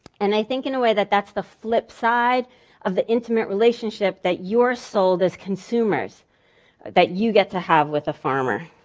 and i think in a way that that's the flip side of the intimate relationship that you're sold as consumers that you get to have with the farmer.